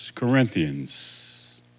Corinthians